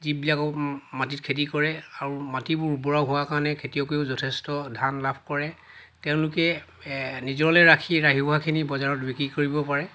যিবিলাকৰ মাটিত খেতি কৰে আৰু মাটিবোৰ উৰ্বৰা হোৱাৰ কাৰণে খেতিয়কেও যথেষ্ট ধান লাভ কৰে তেওঁলোকে নিজলে ৰাখি ৰাহি হোৱাখিনি বজাৰত বিক্ৰী কৰিব পাৰে